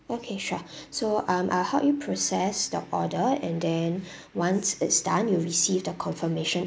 okay sure so um I will help you process the order and then once it's done you'll receive a confirmation